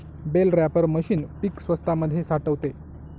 bell wrapper machine पीक स्वतामध्ये साठवते